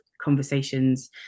conversations